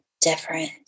different